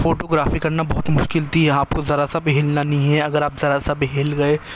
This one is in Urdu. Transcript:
فوٹو گرافی کرنا بہت ہی مشکل تھی یہاں آپ کو ذرا سا بھی ہلنا نہیں ہے اگر آپ ذرا سا بھی ہل گئے